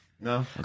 No